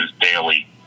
daily